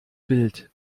bild